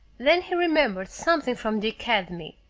then he remembered something from the academy.